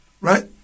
right